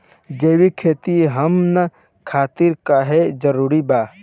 जैविक खेती हमन खातिर काहे जरूरी बा?